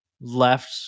left